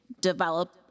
develop